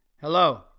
Hello